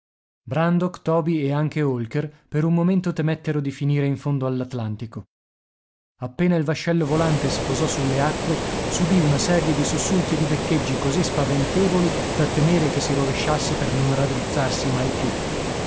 toby e anche holker per un momento temettero di finire in fondo all'atlantico appena il vascello volante si posò sulle acque subì una serie di sussulti e di beccheggi così spaventevoli da temere che si rovesciasse per non raddrizzarsi mai più